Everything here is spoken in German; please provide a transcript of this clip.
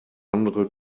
andere